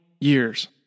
years